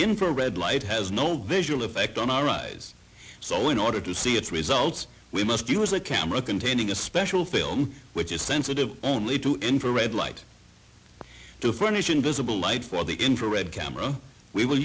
infrared light has no visual effect on our eyes so in order to see its results we must use a camera containing a special film which is sensitive only to enter a red light to furnish invisible light for the infrared camera we will